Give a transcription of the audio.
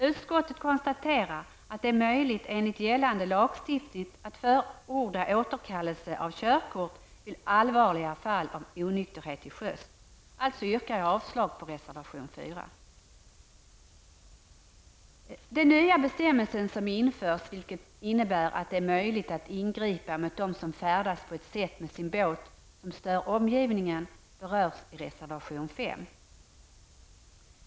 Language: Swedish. Utskottet konstaterar att det är möjligt enligt gällande lagstiftning att förorda återkallelse av körkort vid allvarligare fall av onykterhet till sjöss. Alltså yrkar jag avslag på reservation 4. Den nya bestämmelsen som införs, vilken innebär att det är möjligt att ingripa mot dem som färdas på ett sätt med sin båt som stör omgivningen, berörs i reservation 5.